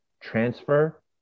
transfer